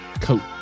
coat